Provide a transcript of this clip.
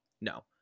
no